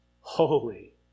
Holy